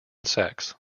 sex